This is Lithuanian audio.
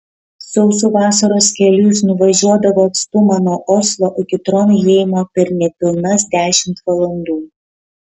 sausu vasaros keliu jis nuvažiuodavo atstumą nuo oslo iki tronheimo per nepilnas dešimt valandų